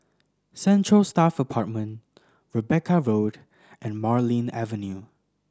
Central Staff Apartment Rebecca Road and Marlene Avenue